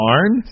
Arn